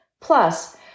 Plus